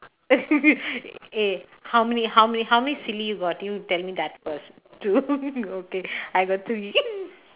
eh how many how many how many silly you've got you tell me that first two okay I've got three